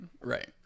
right